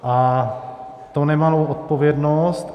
A to nemalou odpovědnost.